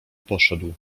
poszedł